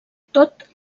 tot